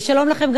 שלום גם לכם,